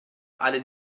alle